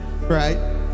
right